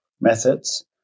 methods